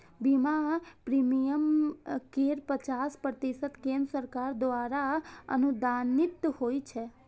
बीमा प्रीमियम केर पचास प्रतिशत केंद्र सरकार द्वारा अनुदानित होइ छै